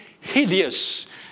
hideous